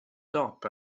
top